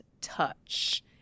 touch